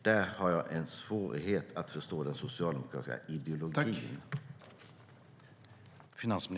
Där har jag en svårighet att förstå den socialdemokratiska ideologin.